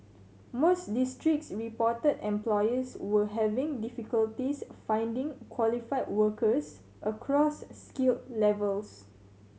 most districts reported employers were having difficulties finding qualified workers across skill levels